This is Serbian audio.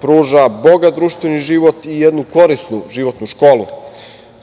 pruža bogat društveni život i jednu korisnu životnu školu. Iako